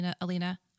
Alina